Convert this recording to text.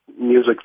music